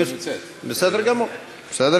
בסדר גמור.